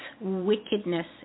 wickedness